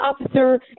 officer